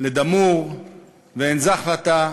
לדאמור ועין-זחלתא,